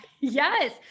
yes